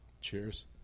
Cheers